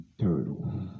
turtle